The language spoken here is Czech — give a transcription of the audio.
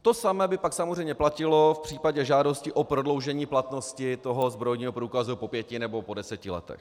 To samé by pak samozřejmě platilo v případě žádosti o prodloužení platnosti zbrojního průkazu po pěti nebo po deseti letech.